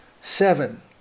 Seven